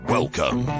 Welcome